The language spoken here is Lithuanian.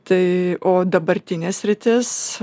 tai o dabartinė sritis